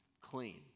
clean